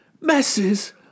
messes